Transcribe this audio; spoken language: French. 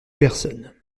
personne